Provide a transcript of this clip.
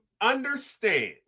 understand